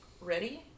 ready